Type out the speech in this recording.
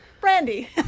brandy